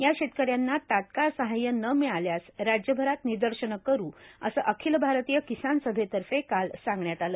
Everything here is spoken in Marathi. या ौतकऱ्यांना तात्काळ सहाव्य न मिळाल्यास राज्यभरात निदर्शनं करू असं अखिल भारतीय किसान सभेतर्फे काल सांगण्यात आलं